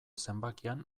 zenbakian